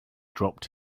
dropped